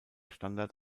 standard